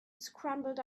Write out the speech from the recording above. scrambled